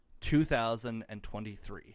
2023